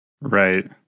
Right